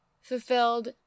fulfilled